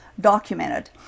documented